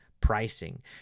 pricing